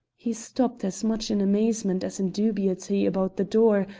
he stopped as much in amazement as in dubiety about the door,